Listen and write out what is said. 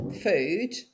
food